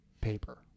paper